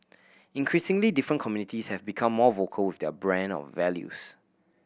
increasingly different communities have become more vocal with their brand of values